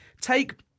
take